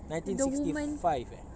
nineteen sixty five eh